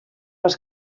les